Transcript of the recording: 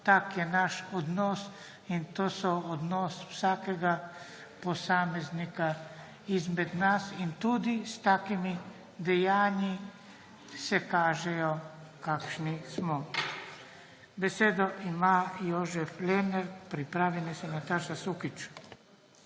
tak je naš odnos in to so odnos vsakega posameznika izmed nas. Tudi s takimi dejanji se kaže, kakšni smo. Besedo ima Jožef Lenart, pripravi naj se Nataša Sukič.